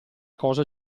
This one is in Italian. cosa